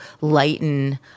lighten